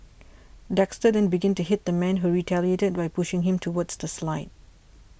Dexter then began to hit the man who retaliated by pushing him towards the slide